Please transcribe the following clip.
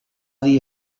dir